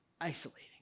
isolating